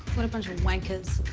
what a bunch of wankers.